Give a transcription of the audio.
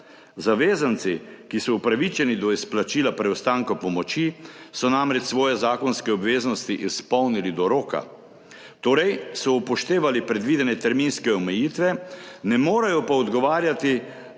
Zavezanci, ki so upravičeni do izplačila preostanka pomoči, so namreč svoje zakonske obveznosti izpolnili do roka, torej so upoštevali predvidene terminske omejitve, ne morejo pa odgovarjati